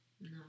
No